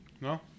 No